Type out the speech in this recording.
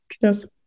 yes